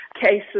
cases